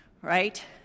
right